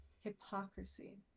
hypocrisy